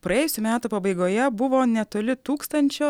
praėjusių metų pabaigoje buvo netoli tūkstančio